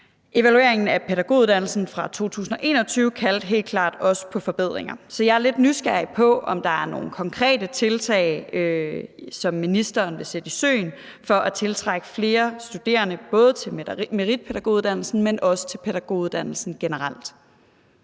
Evalueringen af pædagoguddannelsen fra 2021 kaldte helt klart også på forbedringer, så jeg er lidt nysgerrig på, om der er nogen konkrete tiltag, som ministeren vil sætte i søen for at tiltrække flere studerende, både til meritpædagoguddannelsen, men også til pædagoguddannelsen generelt.